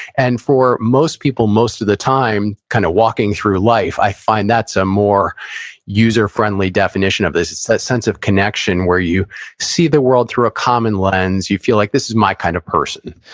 and, for most people, most of the time, kind of walking through life, i find that's a more user friendly definition of this. it's that sense of connection, where you see the world through a common lens, you feel like, this is my kind of person.